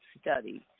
study